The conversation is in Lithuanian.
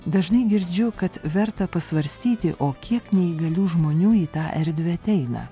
dažnai girdžiu kad verta pasvarstyti o kiek neįgalių žmonių į tą erdvę ateina